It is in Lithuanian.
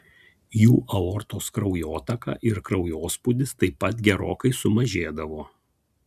jų aortos kraujotaka ir kraujospūdis taip pat gerokai sumažėdavo